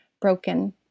broken